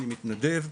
אני מתנדב,